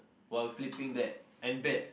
while flipping that and bet